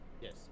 Yes